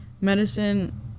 medicine